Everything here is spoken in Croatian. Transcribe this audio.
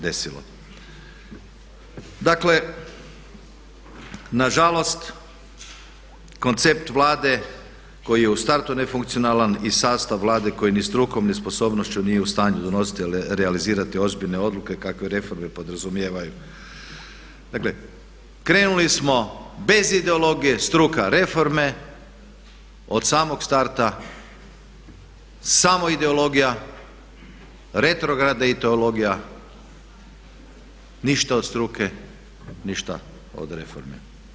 Dakle, nažalost koncept Vlade koji je u startu nefunkcionalan i sastav Vlade koja ni strukom ni sposobnošću nije u stanju donositi i realizirati ozbiljne odluke kakve reforme podrazumijevaju, dakle krenuli smo bez ideologije, struka, reforme od samog starta samo ideologija, retrogradna ideologija, ništa od struke i ništa od reformi.